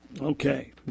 Okay